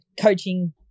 coaching